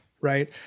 right